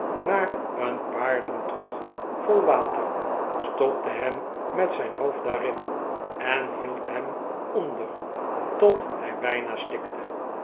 naar een paardentrog vol water stopte hem met zijn hoofd daarin en hield hem onder tot hij bijna stikte